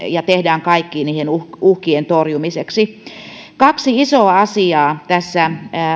ja tehdään kaikki niiden uhkien torjumiseksi kaksi isoa asiaa tässä